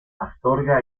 astorga